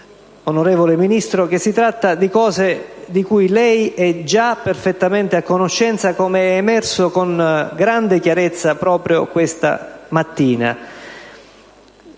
onorevole Ministro, che si tratta di cose di cui lei è già perfettamente a conoscenza, come è emerso con grande chiarezza proprio questa mattina,